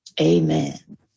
amen